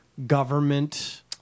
Government